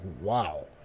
wow